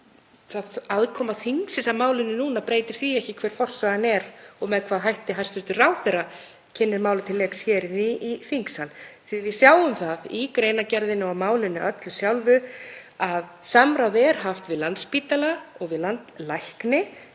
að aðkoma þingsins að málinu núna breytir því ekki hver forsagan er og með hvaða hætti hæstv. ráðherra kynnir málið til leiks í þingsal. Við sjáum það í greinargerðinni og málinu öllu að samráð er haft við Landspítala og við landlækni.